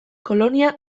kolonia